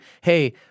hey